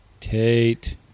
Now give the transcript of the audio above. Tate